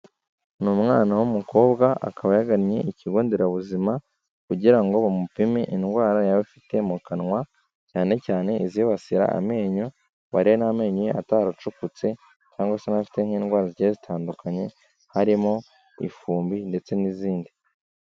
Ni umwana w'umukobwa akaba yagannye ikigo nderabuzima kugira ngo bamupime indwara yaba afite mu kanwa cyane cyane izibasira amenyo, ngo barebe n'amenyo ye ataracukutse cyangwa se afite nk'indwara zigiye zitandukanye harimo ifumbi ndetse n'izindi.